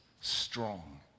strong